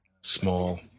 small